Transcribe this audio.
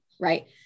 right